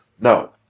No